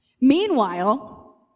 Meanwhile